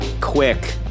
quick